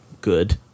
good